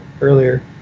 earlier